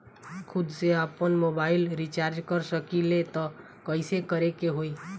खुद से आपनमोबाइल रीचार्ज कर सकिले त कइसे करे के होई?